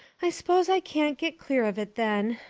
i s'pose i can't get clear of it then,